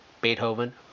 Beethoven